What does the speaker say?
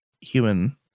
human